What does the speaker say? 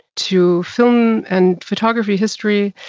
to film and photography, history.